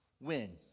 win